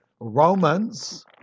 Romans